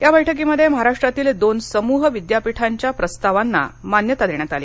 या बैठकीमध्ये महाराष्ट्रातील दोन समूह विद्यापीठांच्या प्रस्तावांना मान्यता देण्यात आली